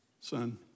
Son